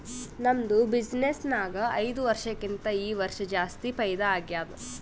ನಮ್ದು ಬಿಸಿನ್ನೆಸ್ ನಾಗ್ ಐಯ್ದ ವರ್ಷಕ್ಕಿಂತಾ ಈ ವರ್ಷ ಜಾಸ್ತಿ ಫೈದಾ ಆಗ್ಯಾದ್